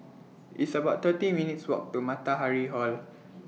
It's about thirty minutes' Walk to Matahari Hall